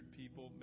people